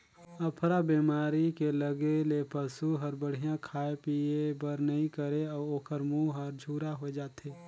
अफरा बेमारी के लगे ले पसू हर बड़िहा खाए पिए बर नइ करे अउ ओखर मूंह हर झूरा होय जाथे